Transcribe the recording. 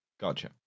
Gotcha